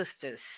sisters